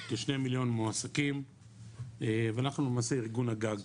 כ-2 מיליון מועסקים ואנחנו למעשה ארגון הגג.